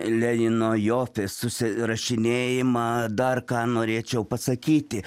lenino jo susirašinėjimą dar ką norėčiau pasakyti